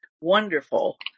wonderful